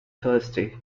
thursday